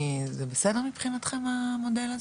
זה בסדר מבחינתכם המודל הזה,